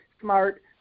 smart